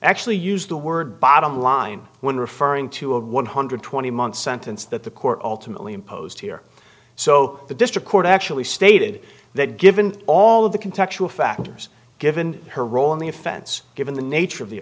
actually used the word bottom line when referring to a one hundred twenty month sentence that the court ultimately imposed here so the district court actually stated that given all of the context of factors given her role in the offense given the nature of the